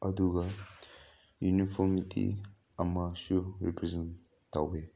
ꯑꯗꯨꯒ ꯌꯨꯅꯤꯐꯣꯝꯗꯤ ꯑꯃꯁꯨ ꯔꯤꯄ꯭ꯔꯖꯦꯟ ꯇꯧꯋꯦ